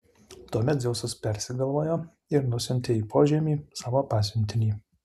tuomet dzeusas persigalvojo ir nusiuntė į požemį savo pasiuntinį